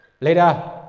Later